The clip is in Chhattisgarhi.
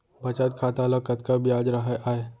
बचत खाता ल कतका ब्याज राहय आय?